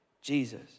Jesus